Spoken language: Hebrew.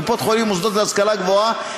קופות-חולים ומוסדות להשכלה גבוהה,